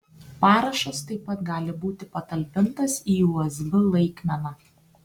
parašas taip pat gali būti patalpintas į usb laikmeną